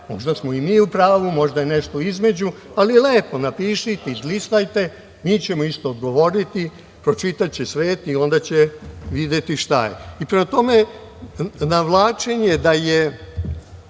možda smo i mi u pravu, možda je nešto između. Ali lepo napišite. Izlistajte. Mi ćemo odgovoriti. Pročitaće svet i onda će videti šta je. Prema tome, navlačenje da mi